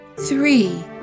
Three